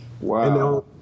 Wow